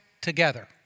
together